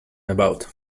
about